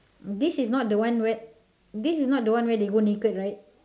this is not the one where this is not the one where they go naked right